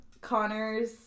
Connor's